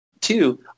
Two